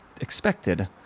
expected